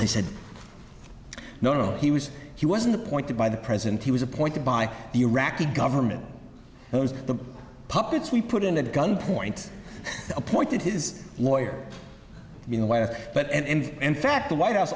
they said no he was he wasn't appointed by the president he was appointed by the iraqi government owns the puppets we put in a gunpoint appointed his lawyer you know why but and in fact the white house